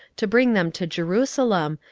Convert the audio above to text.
to bring them to jerusalem,